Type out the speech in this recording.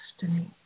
destiny